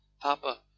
Papa